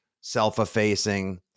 self-effacing